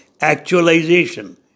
Actualization